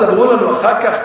אז אמרו לנו אחר כך,